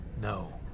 No